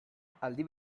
aldi